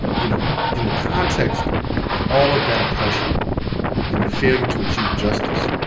you know, in the context of all of that oppression and the failure to achieve justice,